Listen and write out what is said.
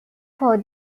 for